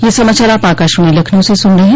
ब्रे क यह समाचार आप आकाशवाणी लखनऊ से सुन रहे हैं